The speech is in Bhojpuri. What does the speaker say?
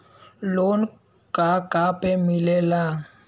लोन का का पे मिलेला?